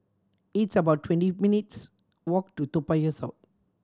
it's about twenty minutes' walk to Toa Payoh South